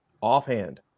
offhand